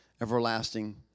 Everlasting